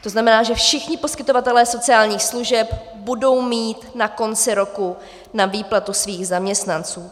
To znamená, že všichni poskytovatelé sociálních služeb budou mít na konci roku na výplatu svých zaměstnanců.